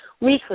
Weekly